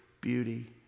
beauty